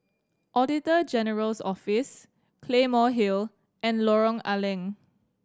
Auditor General's Office Claymore Hill and Lorong A Leng